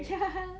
ya